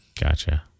Gotcha